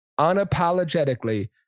unapologetically